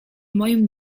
moim